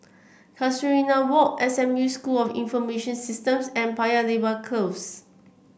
Casuarina Walk S M U School of Information Systems and Paya Lebar Close